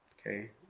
Okay